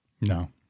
No